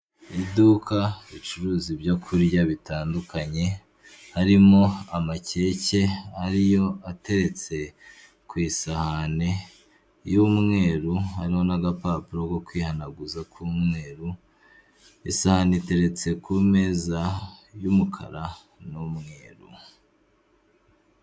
Iduka ricuruza ibyokurya bitandukanye harimo: amakeke ari ariyo atetse ku isahani y'umweru hariho n'agapapuro ko kwihanaguza k'umweru, isahani iteretse ku meza y'umukara n'umweru.